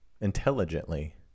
intelligently